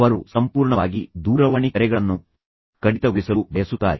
ಅವರು ಸಂಪೂರ್ಣವಾಗಿ ದೂರವಾಣಿ ಕರೆಗಳನ್ನು ಕಡಿತಗೊಳಿಸಲು ಬಯಸುತ್ತಾರೆ